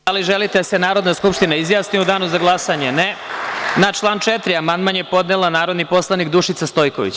Da li želite da se Narodna skupština izjasni u danu za glasanje? (Ne.) Na član 4. amandman je podnela narodni poslanik Dušica Stojković.